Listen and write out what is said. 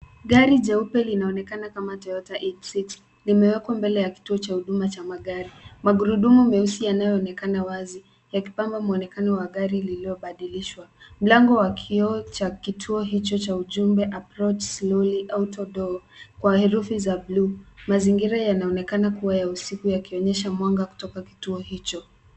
Gari geupe linaonekana kama TOYOTA 86,limewekwa mbele ya kituo cha huduma cha magari. Magurudumu meusi yanyoonekana wazi yakipamba maonekano ya gari lililobadilishwa, mlango wa kioo cha kituo hicho cha ujumbe 'approach slowly auto door' kwa herufi za buluu. Mazingira yanaonekana kua ya usiku yakionyesha mwanga kutoka kituo hicho.